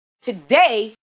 today